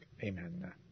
Amen